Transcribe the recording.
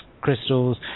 crystals